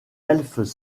elfes